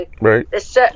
Right